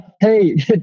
Hey